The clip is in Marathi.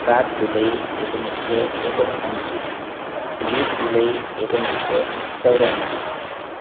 सात जुलै एकोणीसशे एकोणऐंशी वीस जुलै एकोणीसशे चौऱ्यांशी